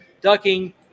Ducking